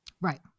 Right